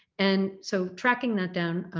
and so tracking that down,